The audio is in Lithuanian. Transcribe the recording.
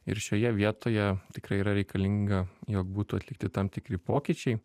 ir šioje vietoje tikrai yra reikalinga jog būtų atlikti tam tikri pokyčiai